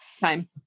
time